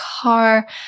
car